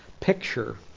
picture